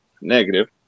negative